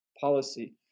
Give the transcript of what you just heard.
policy